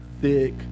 thick